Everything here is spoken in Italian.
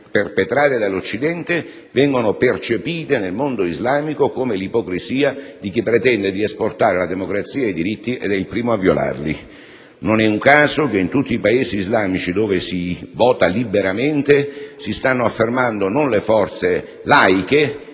perpetrati dall'Occidente vengono percepiti nel mondo islamico come l'ipocrisia di chi pretende di esportare la democrazia e i diritti ed è il primo a violarli. Non è un caso che, in tutti i Paesi islamici dove si vota liberamente, si stanno affermando non le forze laiche,